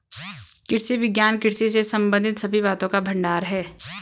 कृषि विज्ञान कृषि से संबंधित सभी बातों का भंडार है